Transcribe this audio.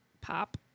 pop